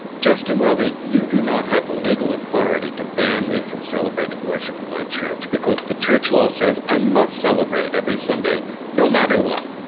justin welby you do not have the legal authority to ban me from celebrating worship in my church because the church law says i must celebrate every sunday no matter what.